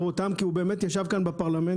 כי הוא באמת ישב כאן בפרלמנט,